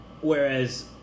whereas